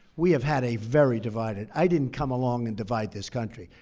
we have had a very divided. i didn't come along and divide this country.